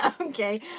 Okay